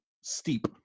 steep